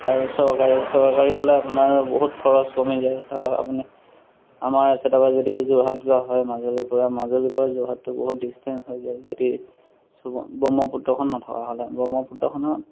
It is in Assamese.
আৰু চৰকাৰী চৰকাৰী হ'লে আপোনাৰ বহুত খৰচ কমি যায় ধৰক আপুনি আমাৰ এই চাইদৰপৰা যদি যোৰহাট যোৱা হয় মাজুলীৰপৰা মাজুলীৰপৰা যোৰহাটটো বহুত ডিষ্টেঞ্চ হৈ যায় যদি ব্ৰহ্মপুত্ৰখন নথকা হ'লে ব্ৰহ্মপুত্ৰখনত